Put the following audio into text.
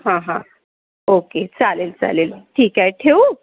हां हां ओके चालेल चालेल ठीक आहे ठेवू